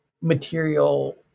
material